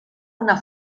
una